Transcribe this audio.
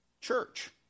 church